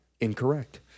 Incorrect